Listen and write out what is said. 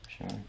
Sure